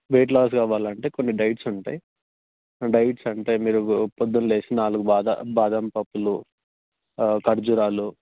wait loss కావాలి అంటే కొన్ని డైట్స్ ఉంటాయి ఆ డైట్స్ అంటే మీరు ప్రొద్దున లేచి నాలుగు బాదాం బాదాం పప్పులు ఖర్జూరాలు